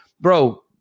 bro